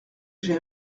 j’ai